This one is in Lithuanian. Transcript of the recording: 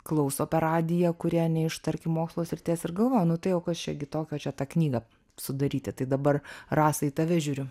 klauso per radiją kurie ne iš tarkim mokslo srities ir galvoja nu tai o kas čia gi tokio čia tą knygą sudaryti tai dabar rasa į tave žiūriu